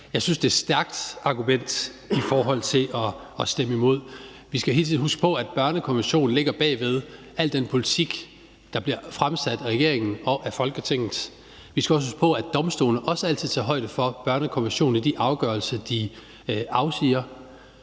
Jeg synes, det er et stærkt argument i forhold til at stemme imod. Vi skal jo hele tiden huske på, at børnekonventionen ligger bag ved al den politik, der bliver fremsat af regeringen og af Folketinget. Vi skal også huske på, at domstolene også altid tager højde for børnekonventionen i de afgørelser, de afsiger.